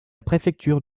préfecture